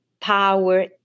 power